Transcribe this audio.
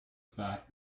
fact